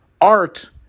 Art